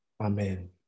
amen